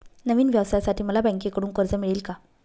नवीन व्यवसायासाठी मला बँकेकडून कर्ज मिळेल का?